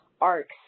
arcs